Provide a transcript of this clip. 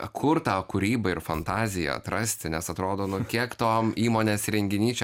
kur tą kūrybą ir fantaziją atrasti nes atrodo nu kiek to įmonės renginių